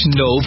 no